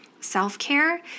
self-care